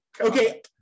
Okay